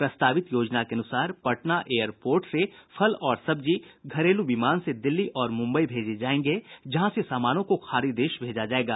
प्रस्तावित योजना के अनुसार पटना एयर पोर्ट से फल और सब्जी घरेलू विमान से दिल्ली और मुम्बई भेजे जायेंगे जहां से सामानों को खाड़ी देश भेजा जायेगा